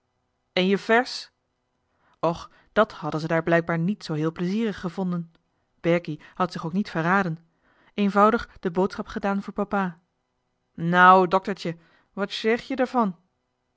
en je fers och dat hadden ze daar blijkbaar niet zoo heel plezierig gevonden berkie had zich ook niet verraden eenvoudig de boodschap gedaan voor papa nau duktertje wa sjeg je